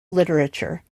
literature